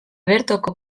bertoko